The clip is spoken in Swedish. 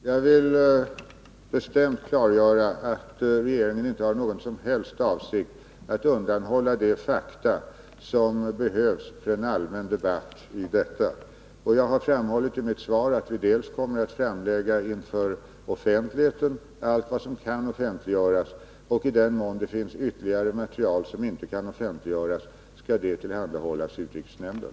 Herr talman! Jag vill bestämt klargöra att regeringen inte har någon som helst avsikt att undanhålla de fakta som behövs för en allmän debatt om detta. Jag har i mitt svar framhållit att vi inför offentligheten kommer att framlägga allt som kan offentliggöras och att i den mån det finns ytterligare material som inte kan offentliggöras skall det tillhandahållas utrikesnämnden.